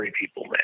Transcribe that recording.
people